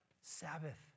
Sabbath